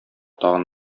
тагын